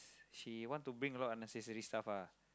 she want to bring a lot unnecessary stuff ah